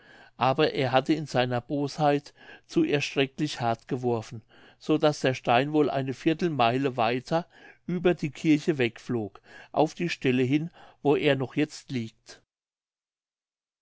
aber er hatte in seiner bosheit zu erschrecklich hart geworfen so daß der stein wohl eine viertelmeile weiter über die kirche weg flog auf die stelle hin wo er noch jetzt liegt